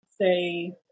say